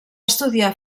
estudiar